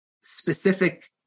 specific